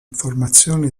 informazioni